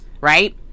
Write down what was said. right